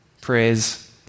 praise